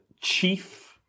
chief